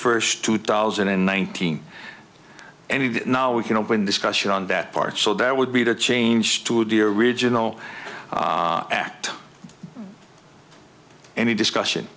first two thousand and nineteen any day now we can open discussion on that part so that would be the change to the original act any discussion